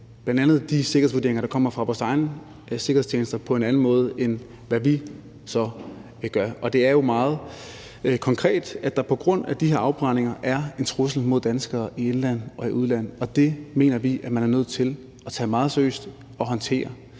læser bl.a. de sikkerhedsvurderinger, der kommer fra vores egne sikkerhedstjenester, på en anden måde, end hvad vi så gør. Det er jo meget konkret, at der på grund af de her afbrændinger er en trussel mod danskere i indland og i udland, og det mener vi man er nødt til at tage meget seriøst og håndtere.